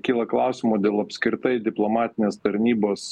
kyla klausimų dėl apskritai diplomatinės tarnybos